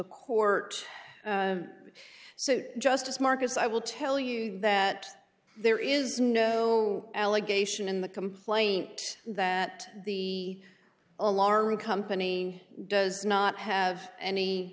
court so just as marcus i will tell you that there is no allegation in the complaint that the alarm company does not have any